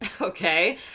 okay